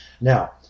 Now